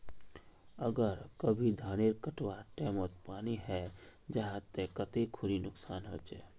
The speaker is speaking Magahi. अगर कभी धानेर कटवार टैमोत पानी है जहा ते कते खुरी नुकसान होचए?